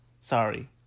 Sorry